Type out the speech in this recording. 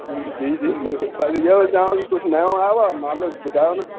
जी जी बसि इहो पियो चवांव की कुझु नओं आयो आहे मालु ॿुधायो न